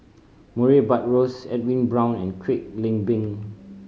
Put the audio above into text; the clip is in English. Murray Buttrose Edwin Brown and Kwek Leng Beng